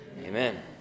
amen